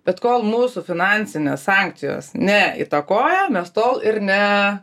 bet kol mūsų finansinės sankcijos ne įtakoja mes tol ir ne